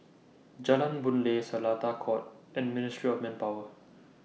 Jalan Boon Lay Seletar Court and Ministry of Manpower